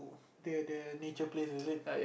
the the nature place is it